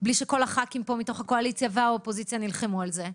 בלי שכל הח"כים פה מתוך הקואליציה והאופוזיציה נלחמו על זה.